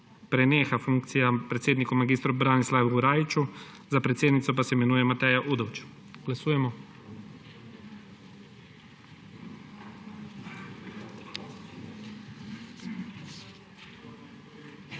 preneha funkcija predsedniku mag. Branislavu Rajiću, za predsednico pa se imenuje Matejo Udovč. Glasujemo.